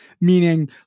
Meaning